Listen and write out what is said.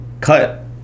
cut